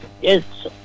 Yes